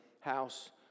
house